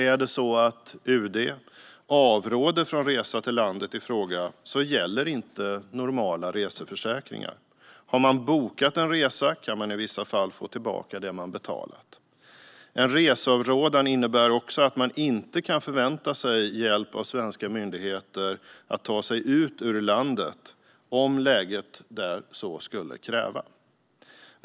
Är det så att UD avråder från resa till landet i fråga gäller inte normala reseförsäkringar. Har man bokat en resa kan man i vissa fall få tillbaka det man betalat. En reseavrådan innebär också att man inte kan förvänta sig hjälp av svenska myndigheter att ta sig ut ur landet om läget där så skulle kräva.